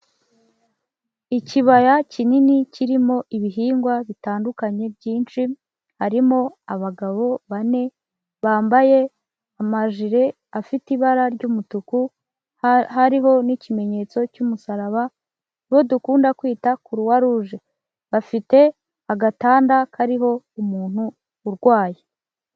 Ikibaya kinini kirimo ibihingwa bitandukanye byinshi, harimo abagabo bane bambaye amajire afite ibara ry'umutuku, hariho n'ikimenyetso cy'umusaraba bo dukunda kwita kuruwaruje, bafite agatanda kariho umuntu urwaye.